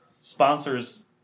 sponsors